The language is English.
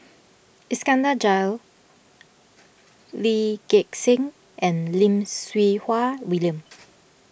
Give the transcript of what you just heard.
Iskandar Jalil Lee Gek Seng and Lim Siew Wai William